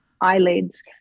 eyelids